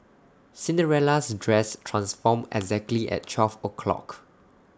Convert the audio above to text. Cinderella's dress transformed exactly at twelve o'clock